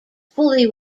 fully